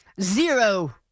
zero